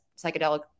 psychedelic